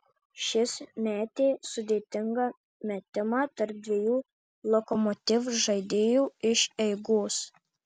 šis metė sudėtingą metimą tarp dviejų lokomotiv žaidėjų iš eigos